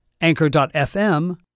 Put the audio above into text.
Anchor.fm